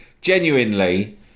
genuinely